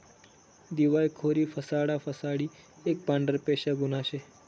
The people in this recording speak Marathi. दिवायखोरी फसाडा फसाडी एक पांढरपेशा गुन्हा शे